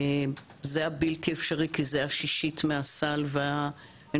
זה היה בלתי אפשרי כי זה היה שישית מהסל והיינו